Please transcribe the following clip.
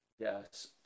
Yes